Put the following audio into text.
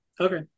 Okay